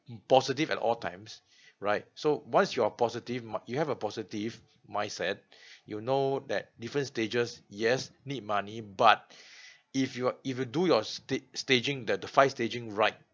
positive at all times right so once you are positive m~ you have a positive mindset you know that different stages yes need money but if you are if you do your stag~ staging that the five staging right